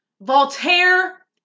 Voltaire